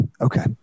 Okay